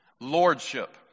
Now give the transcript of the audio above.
lordship